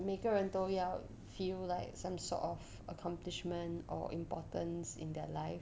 每个人都要 feel like some sort of accomplishment or importance in their life